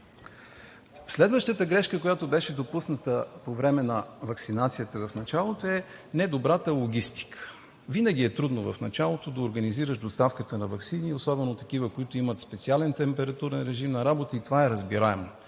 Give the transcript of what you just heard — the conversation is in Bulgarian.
Следващата грешка, която беше допусната по време на ваксинацията в началото, е недобрата логистика. Винаги е трудно в началото да организираш доставката на ваксини и особено на такива, които имат специален температурен режим на работа, и това е разбираемо.